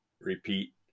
Repeat